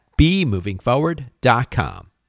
bemovingforward.com